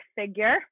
figure